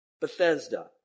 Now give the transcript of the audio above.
Bethesda